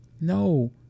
no